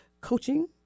coaching